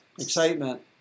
Excitement